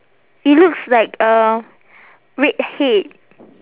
it looks like a redhead